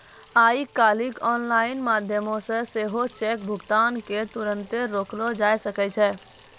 आइ काल्हि आनलाइन माध्यमो से सेहो चेक भुगतान के तुरन्ते रोकलो जाय सकै छै